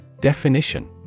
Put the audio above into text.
Definition